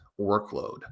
workload